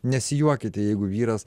nesijuokite jeigu vyras